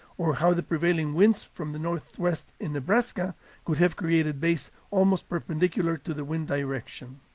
or how the prevailing winds from the northwest in nebraska could have created bays almost perpendicular to the wind direction.